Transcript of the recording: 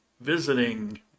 visiting